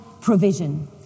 provision